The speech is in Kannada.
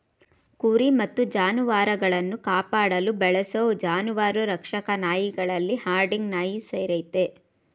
ಕುರಿ ಮತ್ತು ಜಾನುವಾರುಗಳನ್ನು ಕಾಪಾಡಲು ಬಳಸೋ ಜಾನುವಾರು ರಕ್ಷಕ ನಾಯಿಗಳಲ್ಲಿ ಹರ್ಡಿಂಗ್ ನಾಯಿ ಸೇರಯ್ತೆ